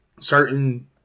Certain